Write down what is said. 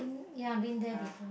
ya I been there before